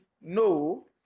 No